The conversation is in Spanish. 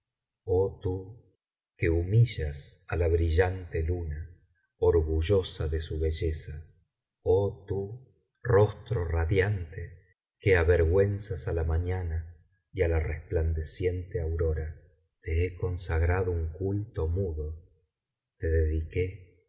humillas á la brillante luna orgullosa de su belleza joh tú rostro radiante que avergüenzas á la mañana y ala resplandeciente aurora te lie consagrado un culto mudo te dediqué